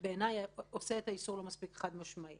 ליצור איזשהו תהליך חברתי